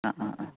ആ ആ ആ